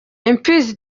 imfizi